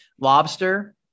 Lobster